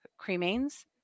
cremains